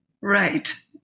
Right